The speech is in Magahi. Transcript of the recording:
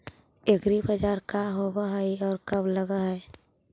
एग्रीबाजार का होब हइ और कब लग है?